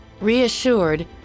Reassured